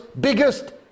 biggest